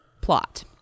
plot